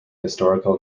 historical